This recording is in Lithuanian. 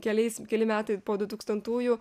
keliais keli metai po dutūkstantųjų